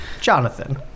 Jonathan